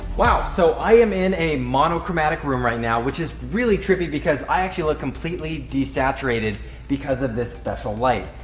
wow! so i am in a monochromatic room right now, which is really trippy because i actually look completely desaturated because of this special light,